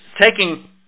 taking